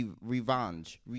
revenge